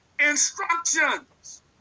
Instructions